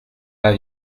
pas